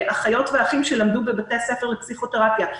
אחיות ואחים שלמדו בבתי ספר לפסיכותרפיה.